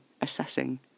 assessing